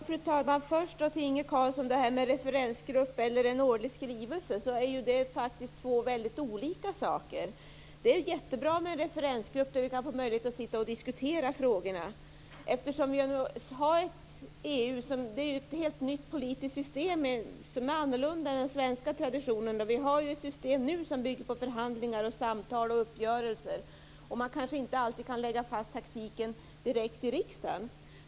Fru talman! Först, Inge Carlsson, vill jag ta upp detta med referensgrupp eller årlig skrivelse. Det är faktiskt två helt olika saker. Det är jättebra med en referensgrupp där vi har möjlighet att sitta och diskutera frågorna. Vi är ju nu med i EU, som är ett helt nytt politiskt system som är annorlunda än den svenska traditionen. Vi har ett system som bygger på förhandlingar, samtal och uppgörelser, och man kanske inte alltid kan lägga fast taktiken direkt i riksdagen.